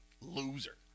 loser